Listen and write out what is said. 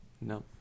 No